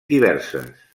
diverses